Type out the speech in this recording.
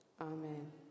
Amen